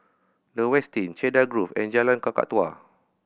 The Westin Cedarwood Grove and Jalan Kakatua